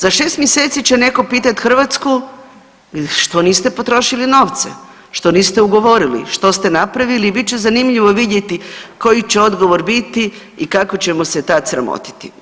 Za 6 mjeseci će netko pitati Hrvatsku, što niste potrošili novce, što niste ugovorili, što ste napravili i bit će zanimljivo vidjeti koji će odgovor biti i kako ćemo se tad sramotiti.